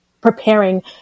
preparing